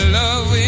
love